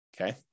okay